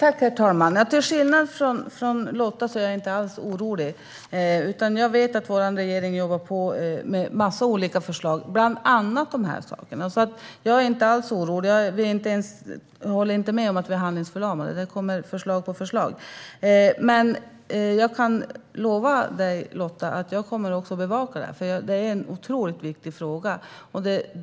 Herr talman! Till skillnad från Lotta Finstorp är jag inte alls orolig. Jag vet att vår regering jobbar på med en massa olika förslag, bland annat sådana som rör dessa saker. Jag är inte alls orolig och håller inte med om att vi är handlingsförlamade - det kommer förslag på förslag. Jag kan lova dig, Lotta, att jag kommer att bevaka detta, för det är en otroligt viktig fråga.